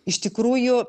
iš tikrųjų